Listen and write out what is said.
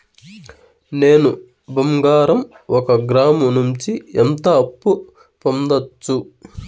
నేను బంగారం ఒక గ్రాము నుంచి ఎంత అప్పు పొందొచ్చు